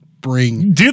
bring